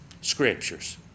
Scriptures